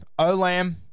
Olam